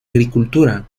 agricultura